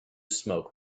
smoke